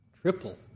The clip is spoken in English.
triple